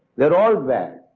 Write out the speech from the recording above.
they're all bad.